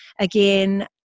again